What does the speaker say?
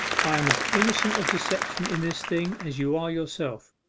i am as innocent of deception in this thing as you are yourself.